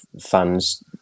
fans